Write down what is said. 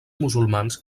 musulmans